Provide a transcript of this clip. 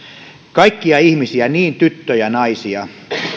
kaikkia ihmisiä niin tyttöjä naisia